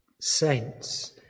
Saints